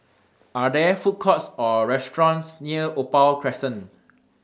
Are There Food Courts Or restaurants near Opal Crescent